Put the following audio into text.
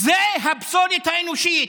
זו הפסולת האנושית.